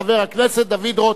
חבר הכנסת דוד רותם.